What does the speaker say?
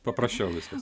paprašiau viskas